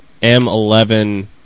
M11